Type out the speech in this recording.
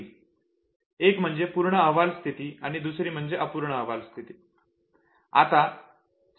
एक म्हणजे पूर्ण अहवाल स्थिती आणि दुसरी म्हणजे अपूर्ण अहवाल स्थिती होय